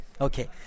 Okay